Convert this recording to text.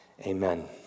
Amen